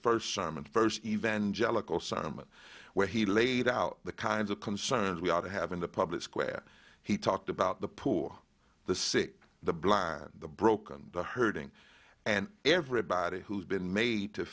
first sermon first evangelical sentiment where he laid out the kinds of concerns we ought to have in the public square he talked about the poor the sick the blind the broken hurting and everybody who has been made to